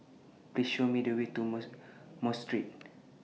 Please Show Me The Way to Mosque Street